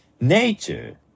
nature